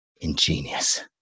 Ingenious